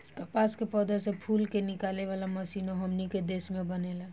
कपास के पौधा से फूल के निकाले वाला मशीनों हमनी के देश में बनेला